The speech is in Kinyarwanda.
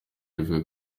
rivuga